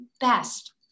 best